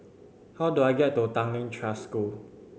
how do I get to Tanglin Trust School